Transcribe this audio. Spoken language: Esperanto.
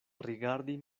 rigardi